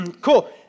cool